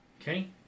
Okay